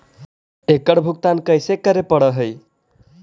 एकड़ भुगतान कैसे करे पड़हई?